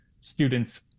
students